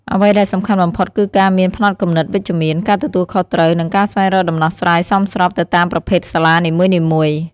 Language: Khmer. អ្វីដែលសំខាន់បំផុតគឺការមាន ផ្នត់គំនិតវិជ្ជមាន ការទទួលខុសត្រូវ និងការស្វែងរកដំណោះស្រាយសមស្របទៅតាមប្រភេទសាលានីមួយៗ។